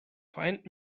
find